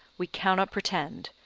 we cannot pretend,